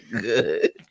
good